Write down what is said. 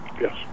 Yes